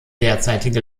derzeitige